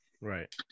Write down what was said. right